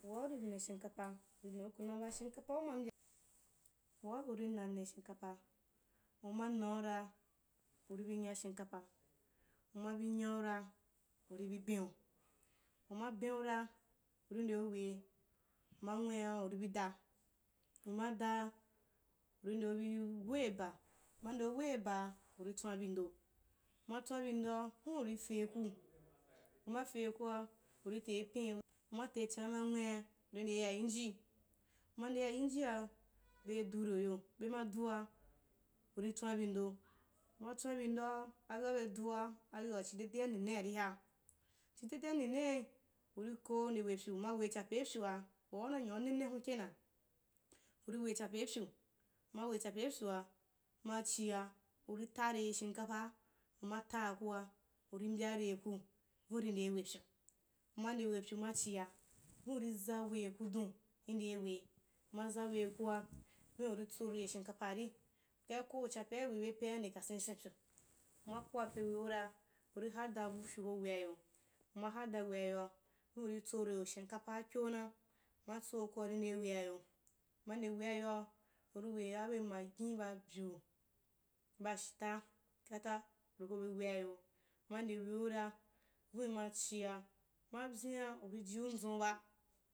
Waa uri na shimkapa, uri nauku naba shimkapa uma na-waa uri ndeu wei, ma nwin’a, uri bi da, uma ndeu woi baa, uri tswa nbindo, uma tswanbiu doa, huna uri feiku, uma keikua uri tei peu’i, uma techani ma nwina, uri ndei ya ingi uma nde ya in’jia be dureu yo, bema dua, uri tswan bindo, umatswan bindoa, abea be dua ayo chi dedea nenea r’i ha, chi dedea nenei uri ko ndewepyu, uma wechapei waa una nya unene hun kenan, uri we chapeipyu, uma we chapeipyua, machia uri tare shimkapaaa, uma taa kua uri mbyareiku, vin uri ndewepyu, umande wepyu maachia vin uri zawe ku dun uri ndei wei, uma zawekapari, ukai koo chapea webe pea i nde kasin senpyu, uma kaape weura, uri hada weayoa, vin uri tsore shimkpaa kyona, uma tsokun a uri nde weayo, uma nde weayoa, uri we abe magin babyu, ba shitta kata, uri hoi weayo, uma ude weura vin ma chia ma byin’a uri jiuku nzu’n uba